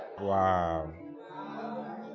Wow